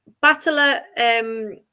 Battler